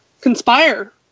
conspire